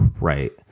right